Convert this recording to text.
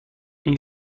این